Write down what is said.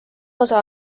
osa